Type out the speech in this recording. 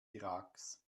iraks